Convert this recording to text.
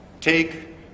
Take